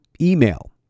email